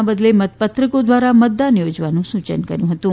ના બદલે મતપત્રકો દ્વારા મતદાન યોજવાનું સૂચન કર્યું હતું